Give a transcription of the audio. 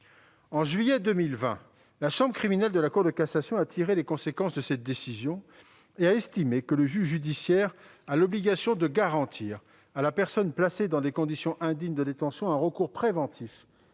de juillet 2020, la chambre criminelle de la Cour de cassation a tiré les conséquences de cette décision et estimé que le juge judiciaire avait l'obligation de garantir à la personne placée dans des conditions indignes de détention un recours préventif